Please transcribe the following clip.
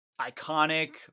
iconic